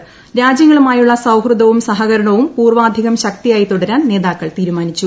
ക്യൂജ്യങ്ങളുമായുള്ള സൌഹൃദവും സഹകരണവും പൂർവാധികം ്യൂൾക്ടതിയായി തുടരാൻ നേതാക്കൾ തീരുമാനിച്ചു